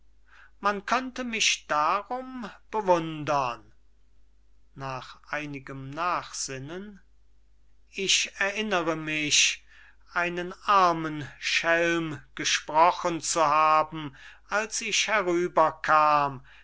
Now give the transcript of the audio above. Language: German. man könnte mich darum bewundern nach einigem nachsinnen ich erinnere mich einen armen schelm gesprochen zu haben als ich herüberkam